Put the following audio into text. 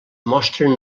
mostren